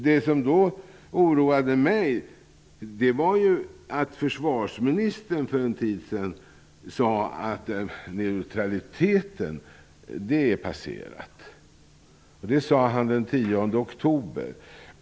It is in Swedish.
Det som oroade mig var att försvarsministern för en tid sedan sade att neutraliteten är ett passerat stadium. Det sade han den 10 oktober.